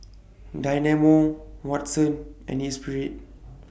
Dynamo Watsons and Espirit